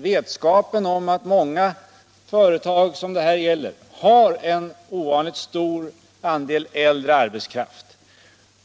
Vetskapen om att många företag inom tekobranschen har en ovanligt stor andel äldre arbetskraft